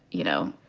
you know,